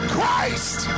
Christ